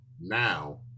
now